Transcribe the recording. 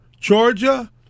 Georgia